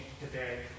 today